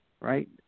right